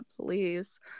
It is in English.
please